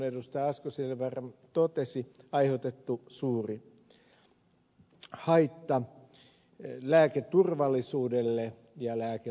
asko seljavaara totesi aiheutettu suuri haitta lääketurvallisuudelle ja lääkevalvonnalle